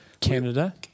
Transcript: Canada